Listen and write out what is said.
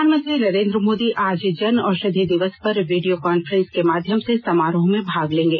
प्रधानमंत्री नरेन्द्र मोदी आज जनऔषधि दिवस पर वीडियो कांफ्रेंस के माध्यम से समारोह में भाग लेंगे